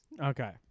Okay